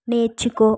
నేర్చుకో